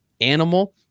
animal